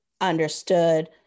understood